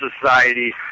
society